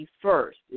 first